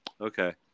Okay